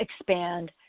expand